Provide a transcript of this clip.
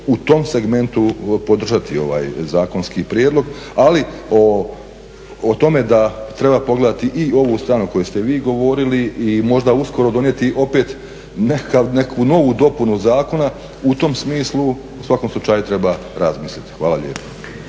u tom segmentu podržati ovaj zakonski prijedlog, ali o tome da treba pogledati i ovu stranu o kojoj ste vi govorili i možda uskoro donijeti opet nekakvu novu dopunu zakona, u tom smislu u svakom slučaju treba razmisliti. Hvala lijepa.